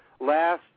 last